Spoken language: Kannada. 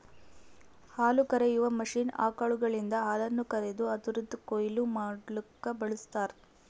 ಹಾಲುಕರೆಯುವ ಮಷೀನ್ ಆಕಳುಗಳಿಂದ ಹಾಲನ್ನು ಕರೆದು ಅದುರದ್ ಕೊಯ್ಲು ಮಡ್ಲುಕ ಬಳ್ಸತಾರ್